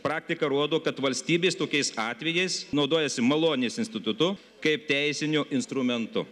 praktika rodo kad valstybės tokiais atvejais naudojasi malonės institutu kaip teisiniu instrumentu